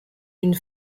une